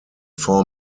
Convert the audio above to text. four